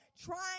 trying